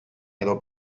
edo